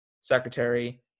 secretary